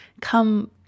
come